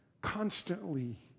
constantly